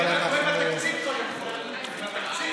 צריך לסכם על תקציב קודם כול.